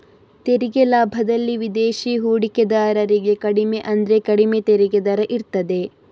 ತೆರಿಗೆ ಲಾಭದಲ್ಲಿ ವಿದೇಶಿ ಹೂಡಿಕೆದಾರರಿಗೆ ಕಡಿಮೆ ಅಂದ್ರೆ ಕಡಿಮೆ ತೆರಿಗೆ ದರ ಇರ್ತದೆ